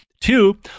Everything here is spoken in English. Two